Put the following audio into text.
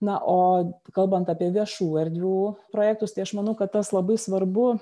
na o kalbant apie viešų erdvių projektus tai aš manau kad tas labai svarbu